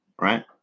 right